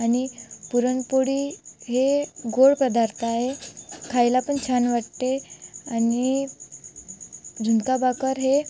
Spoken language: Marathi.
आणि पुरनपोळी हे गोड पदार्थ आए खायला पण छान वाटते आणि झुणका भाकर हे